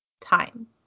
time